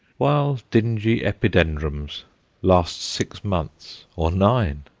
while dingy epidendrums last six months, or nine.